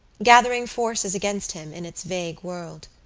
gathering forces against him in its vague world.